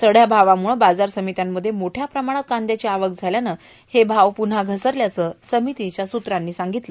चढया भावामुळं बाजार समित्यांमध्ये मोठया प्रमाणात कांद्याची आवक झाल्यानं हे भाव घसरल्याचं समितीच्या सूत्रांनी सांगितलं